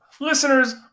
Listeners